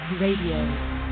Radio